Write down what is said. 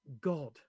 God